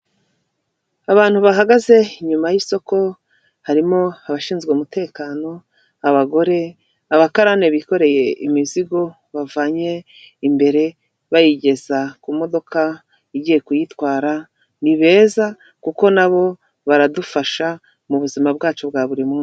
Abantu bahagaze inyuma yi'isoko, harimo abashinzwe umutekano, abagore, abakarane bikoreye imizigo bavanye imbere bayigeza ku modoka igiye kuyitwara, ni beza kuko nabo baradufasha mu buzima bwacu bwa buri munsi.